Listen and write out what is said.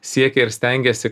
siekė ir stengėsi